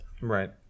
right